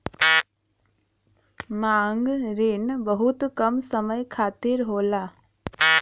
मांग रिन बहुत कम समय खातिर होला